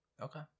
Okay